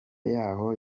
y’aho